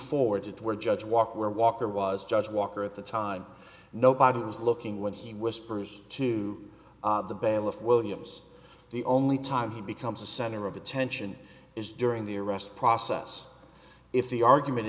forward to where judge walker walker was judge walker at the time nobody was looking when he whispers to the bailiff williams the only time he becomes the center of attention is during the arrest process if the argument